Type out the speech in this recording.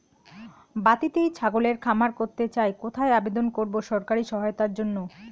বাতিতেই ছাগলের খামার করতে চাই কোথায় আবেদন করব সরকারি সহায়তার জন্য?